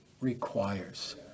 requires